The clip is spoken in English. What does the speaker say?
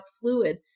fluid